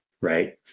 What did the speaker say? right